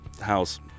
house